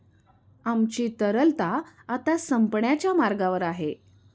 आमची तरलता आता संपण्याच्या मार्गावर आहे